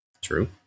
True